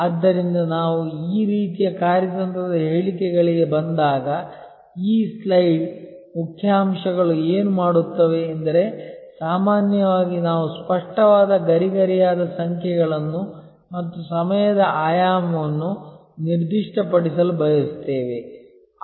ಆದ್ದರಿಂದ ನಾವು ಈ ರೀತಿಯ ಕಾರ್ಯತಂತ್ರದ ಹೇಳಿಕೆಗಳಿಗೆ ಬಂದಾಗ ಈ ಸ್ಲೈಡ್ ಮುಖ್ಯಾಂಶಗಳು ಏನು ಮಾಡುತ್ತವೆ ಎಂದರೆ ಸಾಮಾನ್ಯವಾಗಿ ನಾವು ಸ್ಪಷ್ಟವಾದ ಗರಿಗರಿಯಾದ ಸಂಖ್ಯೆಗಳನ್ನು ಮತ್ತು ಸಮಯದ ಆಯಾಮವನ್ನು ನಿರ್ದಿಷ್ಟಪಡಿಸಲು ಬಯಸುತ್ತೇವೆ